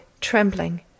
trembling